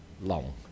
long